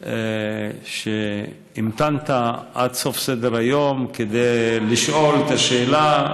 את זה שהמתנת עד סוף סדר-היום כדי לשאול את השאלה.